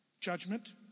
judgment